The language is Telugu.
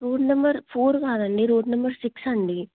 రోడ్ నెంబర్ ఫోర్ కాదండి రోడ్ నెంబర్ సిక్స్ అండి